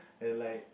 then like